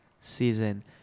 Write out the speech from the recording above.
season